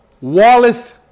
Wallace